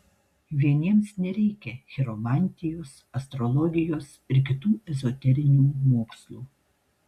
vieniems nereikia chiromantijos astrologijos ir kitų ezoterinių mokslų